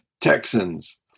Texans